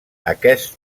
aquest